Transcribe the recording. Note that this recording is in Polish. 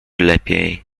lepiej